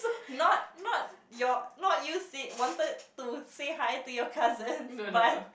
not not your not you say wanted to say hi to your cousin but